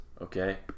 Okay